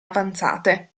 avanzate